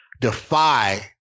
defy